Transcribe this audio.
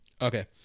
Okay